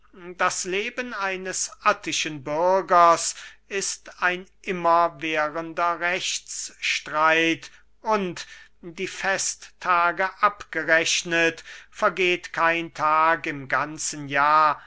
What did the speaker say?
das leben eines attischen bürgers ist ein immerwährender rechtsstreit und die festtage abgerechnet vergeht kein tag im ganzen jahr